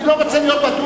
אני לא רוצה להיות בטוח,